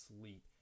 sleep